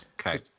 Okay